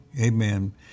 Amen